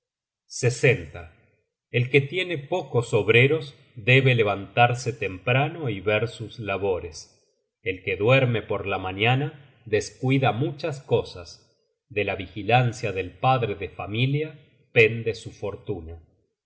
at el que tiene pocos obreros debe levantarse temprano y ver sus labores el que duerme por la mañana descuida muchas cosas de la vigilancia del padre de familia pende su fortuna